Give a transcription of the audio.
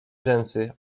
rzęsy